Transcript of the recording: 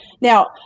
Now